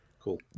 Cool